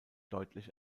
deutlich